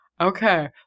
okay